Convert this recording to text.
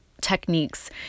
techniques